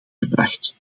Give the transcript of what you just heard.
gebracht